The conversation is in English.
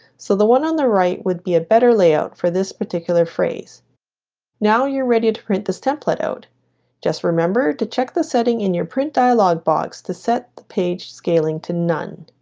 so the one on the right would be a better layout for this particular phrase now you're ready to print this template out just remember to check the setting in your print dialog box to set the page scaling to none